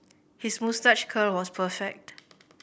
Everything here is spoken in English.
his moustache curl was perfect